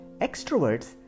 extroverts